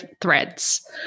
threads